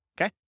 Okay